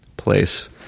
place